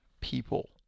people